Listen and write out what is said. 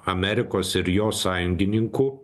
amerikos ir jos sąjungininkų